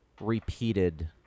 repeated